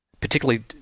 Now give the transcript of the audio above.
particularly